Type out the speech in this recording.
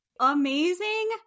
amazing